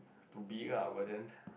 to be ya but then